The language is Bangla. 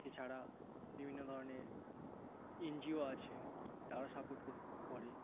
এছাড়া বিভিন্ন ধরনের এন জি ও আছে তারা সাপোর্ট করে